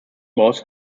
was